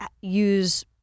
use